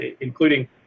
including